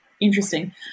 interesting